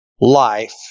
life